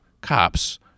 cops